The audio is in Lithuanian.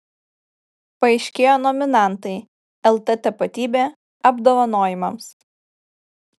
paaiškėjo nominantai lt tapatybė apdovanojimams